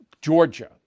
Georgia